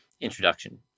introduction